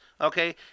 Okay